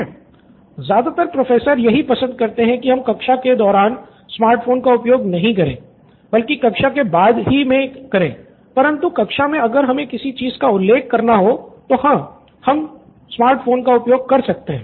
student २ ज्यादातर professor यही पसंद करते हैं की हम कक्षा के दौरान स्मार्ट फोन का उपयोग नहीं करे बल्कि कक्षा के बाद ही मे करे परन्तु कक्षा में अगर हमें किसी चीज का उल्लेख करना हो तो हां हम स्मार्ट फोन का उपयोग कर सकते हैं